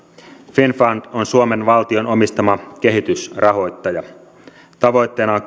finnfund on suomen valtion omistama kehitysrahoittaja tavoitteena